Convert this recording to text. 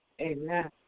Amen